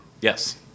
Yes